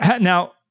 now